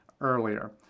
earlier